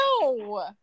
No